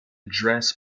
dress